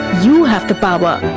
you have the power.